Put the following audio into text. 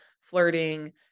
flirting